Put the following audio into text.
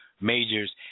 majors